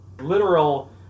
literal